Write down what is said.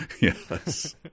Yes